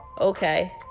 okay